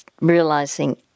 realizing